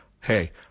Hey